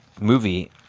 movie